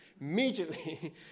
Immediately